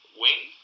wing